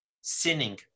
sinning